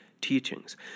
teachings